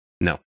no